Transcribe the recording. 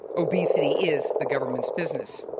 obesity is the government's business.